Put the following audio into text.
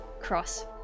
cross